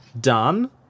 Done